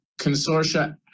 consortia